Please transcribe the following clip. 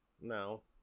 No